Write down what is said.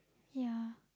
ya